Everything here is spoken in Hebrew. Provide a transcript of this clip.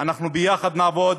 אנחנו יחד נעבוד,